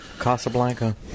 Casablanca